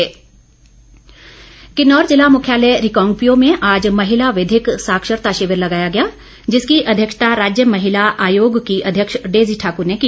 Daisy Thakur Kinnaur ज़िला मुख्यालय रिकांगपिओ में आज महिला विधिक साक्षरता शिविर लगाया गया जिसकी अध्यक्षता राज्य महिला आयोग की अध्यक्ष डेजी ठाक्र ने की